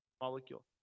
Molecule